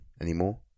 anymore